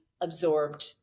absorbed